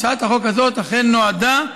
והצעת החוק הזאת אכן נועדה,